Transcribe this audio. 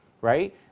right